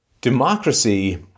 democracy